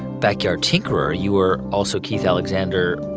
backyard tinkerer. you were also keith alexander,